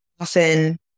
often